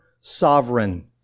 sovereign